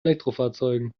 elektrofahrzeugen